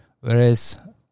Whereas